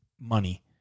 money